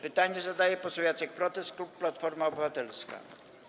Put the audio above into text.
Pytanie zadaje poseł Jacek Protas, klub Platforma Obywatelska.